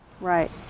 Right